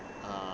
then